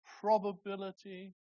probability